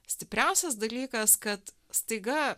stipriausias dalykas kad staiga